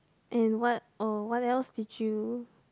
and what oh what else did you